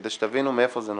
כדי שתבינו מאיפה זה נובע.